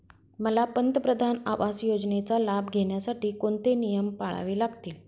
मला पंतप्रधान आवास योजनेचा लाभ घेण्यासाठी कोणते नियम पाळावे लागतील?